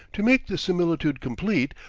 to make the similitude complete,